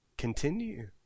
continue